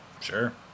sure